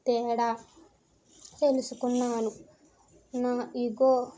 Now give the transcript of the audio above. తేడా తెలుసుకున్నాను నా ఇగో